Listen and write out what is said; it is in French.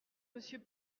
monsieur